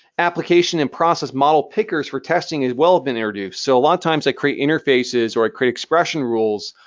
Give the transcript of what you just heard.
application and process model pickers for testing as well has been introduced. so a lot of times, i create interfaces or i create expression rules,